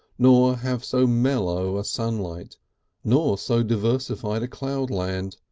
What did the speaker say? nor have so mellow a sunlight nor so diversified a cloudland,